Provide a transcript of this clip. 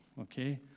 okay